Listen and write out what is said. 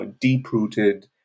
deep-rooted